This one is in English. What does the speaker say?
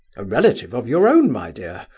a relative of your own, my dear,